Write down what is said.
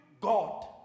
God